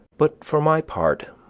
but for my part,